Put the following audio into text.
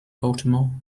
baltimore